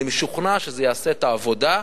אני משוכנע שזה יעשה את העבודה.